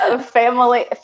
family